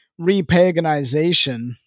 repaganization